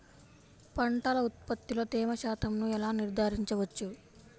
పంటల ఉత్పత్తిలో తేమ శాతంను ఎలా నిర్ధారించవచ్చు?